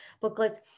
booklets